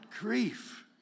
grief